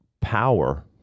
power